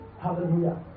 Hallelujah